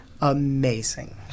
amazing